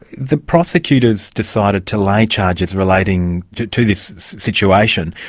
the prosecutors decided to lay charges relating to to this situation.